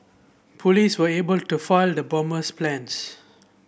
police were able to foil the bomber's plans